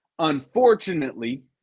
Unfortunately